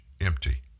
empty